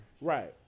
Right